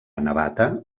navata